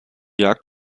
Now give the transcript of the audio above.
jagd